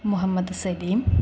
Muhammad Saleem